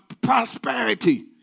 prosperity